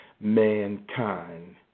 mankind